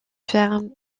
fermes